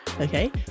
Okay